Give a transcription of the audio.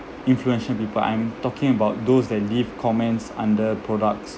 influential people I'm talking about those than leave comments under products